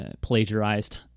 plagiarized